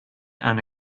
and